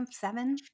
seven